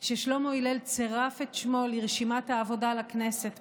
ששלמה הלל צירף את שמו לרשימת העבודה לכנסת,